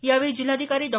यावेळी जिल्हाधिकारी डॉ